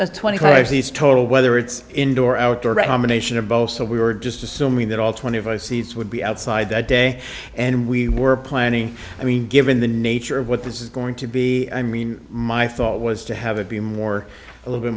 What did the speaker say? s twenty four of these total whether it's indoor outdoor a combination of both so we were just assuming that all twenty five seats would be outside that day and we were planning i mean given the nature of what this is going to be i mean my thought was to have it be more a little bit